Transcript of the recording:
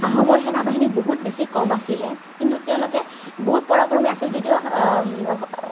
আহোমৰ সেনাবাহিনী বহুত বেছি কম আছিলে কিন্তু তেওঁলোকে বহুত পৰাক্ৰৰ্মী আছিল যদিও